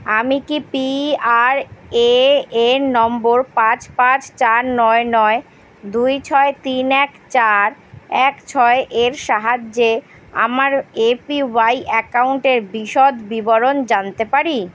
আমি কি P R A N নম্বর পাঁচ পাঁচ চার নয় নয় দুই ছয় তিন এক চার এক ছয় এর সাহায্যে আমার এ পি ওয়াই অ্যাকাউন্টের বিশদ বিবরণ জানতে পারি